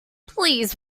please